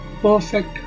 perfect